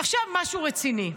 עכשיו משהו רציני.